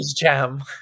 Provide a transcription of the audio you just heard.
jam